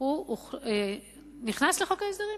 הוא נכנס לחוק ההסדרים.